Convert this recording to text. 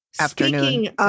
afternoon